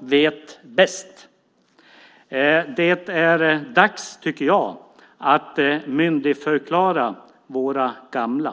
vet bäst. Jag tycker att det är dags att myndigförklara våra gamla.